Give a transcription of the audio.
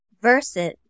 Versus